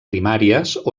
primàries